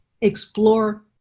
explore